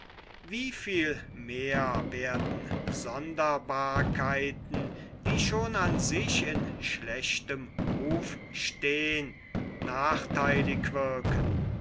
wie viel mehr werden sonderbarkeiten die schon an sich in schlechtem ruf stehn nachtheilig wirken